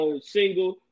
single